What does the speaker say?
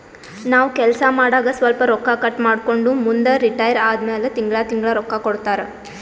ನಾವ್ ಕೆಲ್ಸಾ ಮಾಡಾಗ ಸ್ವಲ್ಪ ರೊಕ್ಕಾ ಕಟ್ ಮಾಡ್ಕೊಂಡು ಮುಂದ ರಿಟೈರ್ ಆದಮ್ಯಾಲ ತಿಂಗಳಾ ತಿಂಗಳಾ ರೊಕ್ಕಾ ಕೊಡ್ತಾರ